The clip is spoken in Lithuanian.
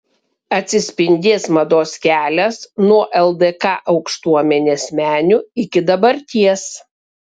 atsispindės mados kelias nuo ldk aukštuomenės menių iki dabarties